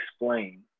explain